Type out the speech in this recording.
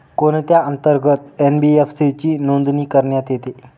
कोणत्या अंतर्गत एन.बी.एफ.सी ची नोंदणी करण्यात येते?